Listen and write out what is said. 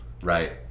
right